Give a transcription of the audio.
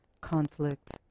conflict